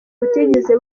butigeze